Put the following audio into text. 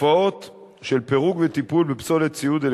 הדבר מביא לכך שנוצרת כמות גדלה והולכת של פסולת ציוד חשמלי